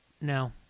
No